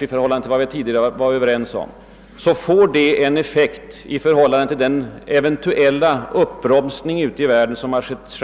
i förhållande till vad vi varit överens om — det är vad som skett — får det en effekt i förhållande till den eventuella uppbromsningen ute i världen, som på sikt